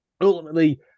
ultimately